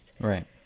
Right